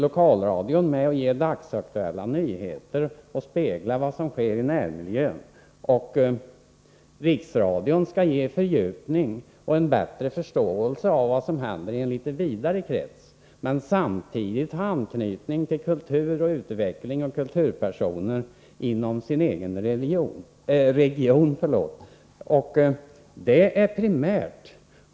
Lokalradion skall ge dagsaktuella nyheter och spegla vad som sker i närmiljön, och Riksradion skall ge en fördjupning och en bättre förståelse av vad som händer i en litet vidare krets men samtidigt ha anknytning till kultur, utveckling och kulturpersoner inom den egna regionen. Detta är primärt.